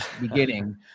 beginning